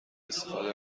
استفاده